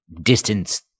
distance